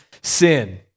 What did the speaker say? sin